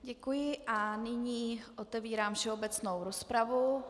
Děkuji a nyní otevírám všeobecnou rozpravu.